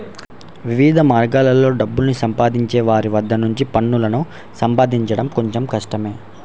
వివిధ మార్గాల్లో డబ్బుని సంపాదించే వారి వద్ద నుంచి పన్నులను వసూలు చేయడం కొంచెం కష్టమే